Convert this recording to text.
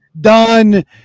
Done